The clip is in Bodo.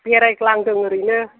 बेरायग्लांदों ओरैनो